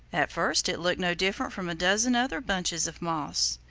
at first it looked no different from a dozen other bunches of moss,